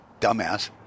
dumbass